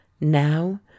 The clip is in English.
Now